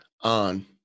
on